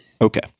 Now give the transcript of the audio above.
Okay